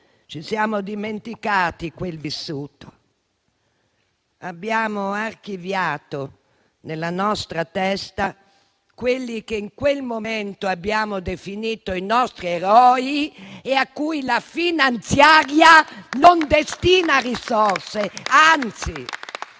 Ci siamo dimenticati quel vissuto. Abbiamo archiviato nella nostra testa quelli che in quel momento abbiamo definito i nostri eroi e a cui la finanziaria non destina risorse